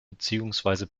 beziehungsweise